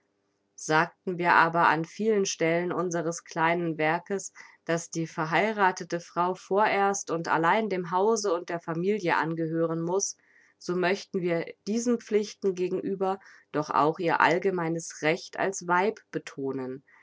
sagten wir aber an vielen stellen unseres kleinen werkes daß die verheirathete frau vorerst und allein dem hause und der familie angehören muß so möchten wir diesen pflichten gegenüber doch auch ihr allgemeines recht als weib betonen